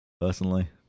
personally